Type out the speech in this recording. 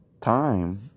time